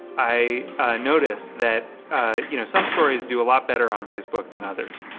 i noticed that you know some stories do a lot better on facebook than others,